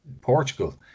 Portugal